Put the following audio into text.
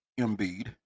Embiid